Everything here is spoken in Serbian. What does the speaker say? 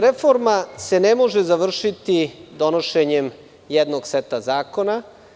Reforma se ne može završiti donošenjem jednog seta zakona.